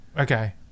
Okay